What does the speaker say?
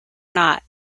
not